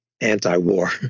anti-war